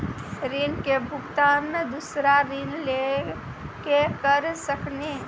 ऋण के भुगतान दूसरा ऋण लेके करऽ सकनी?